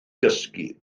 gysgu